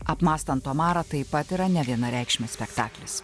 apmąstant omarą taip pat yra nevienareikšmis spektaklis